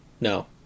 No